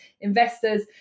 investors